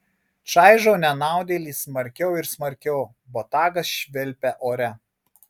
čaižo nenaudėlį smarkiau ir smarkiau botagas švilpia ore